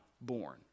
born